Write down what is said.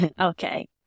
Okay